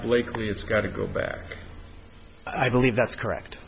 blakeley it's got to go back i believe that's correct